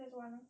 just one ah